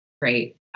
great